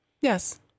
Yes